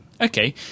Okay